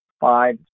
five